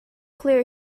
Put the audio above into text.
clear